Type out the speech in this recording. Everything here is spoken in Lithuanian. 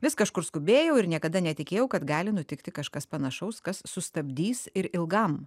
vis kažkur skubėjau ir niekada netikėjau kad gali nutikti kažkas panašaus kas sustabdys ir ilgam